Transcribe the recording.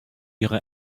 ihre